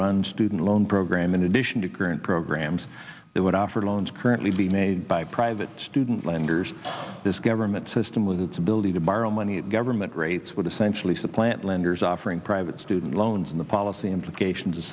run student loan program in addition to current programs that would offer loans currently being made by private student lenders this government system with its ability to borrow money at government rates would essentially supplant lenders offering private student loans in the policy implications